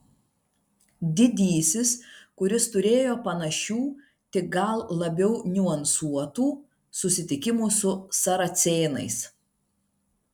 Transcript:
didysis kuris turėjo panašių tik gal labiau niuansuotų susitikimų su saracėnais